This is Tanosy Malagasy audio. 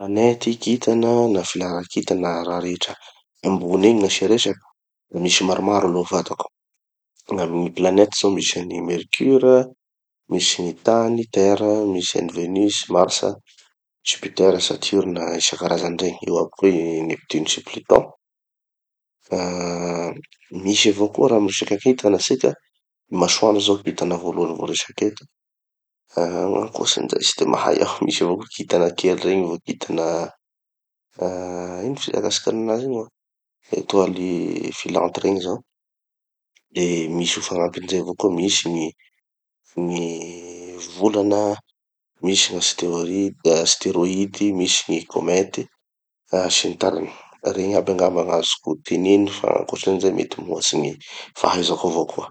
Planety, kitana, na filahara kitana, na raha rehetra ambony egny gn'asia resaky, da misy maromaro aloha fantako. Gn'amy gny planety zao misy an'i Mercure, misy gny tany terre, misy an'i venus, mars, jupiter, saturne, isan-karazany regny, eo aby koa i neptune sy i pluton. Ah misy avao koa raha miresaka kintana tsika, masoandro zao kintana voalohany voaresaky eto, ah ankoatsin'izay tsy de mahay aho. Misy avao koa kintana kely regny, kintana ah ino filazantsikan'anazy igny, étoiles filantes regny zao. Eh misy ho fagnampin'izay avao koa, misy gny volana, misy gny astéroide, da astéroide, misy gny comète, ah sy ny tariny. Regny aby angamba gn'azoko teneny fa gn'ankoatrin'izay mety mihoatsy gny fahaizako avao koa.